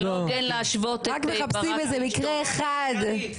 רק מחפשים איזה מקרה אחד.